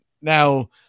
Now